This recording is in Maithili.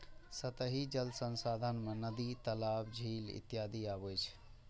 सतही जल संसाधन मे नदी, तालाब, झील इत्यादि अबै छै